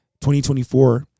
2024